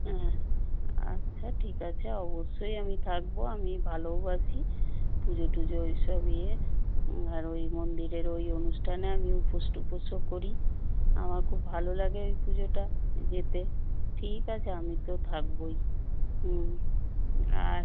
হ্যাঁ হ্যাঁ আচ্ছা ঠিক আছে অবশ্যই আমি থাকব আমি ভালোওবাসি পুজো টুজো ওই সব ইয়ে আর ওই মন্দিরের ওই অনুষ্ঠানে আমি উপোস টুপোসও করি আমার খুব ভালো লাগে ওই পুজোটা যেতে ঠিক আছে আমি তো থাকবই হুম আর